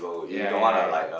ya ya ya